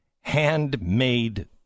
handmade